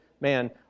man